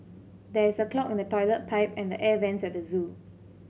there is a clog in the toilet pipe and the air vents at the zoo